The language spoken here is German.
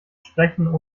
sprechen